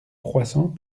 croissants